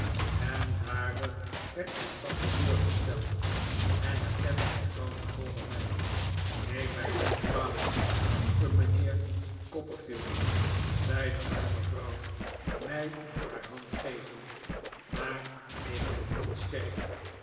en daarop werd mijn tante voorgesteld en herkende mevrouw micawber mij neem mij niet kwalijk lieve riiijnheer copperfield zei de arme vrouw mij haar hand gevend maar ik ben niet sterk